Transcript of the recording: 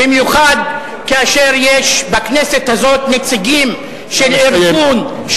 במיוחד כאשר יש בכנסת הזאת נציגים של ארגון,